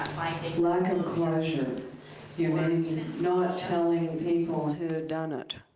like and you know not telling people who had done it.